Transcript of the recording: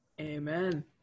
Amen